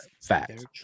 fact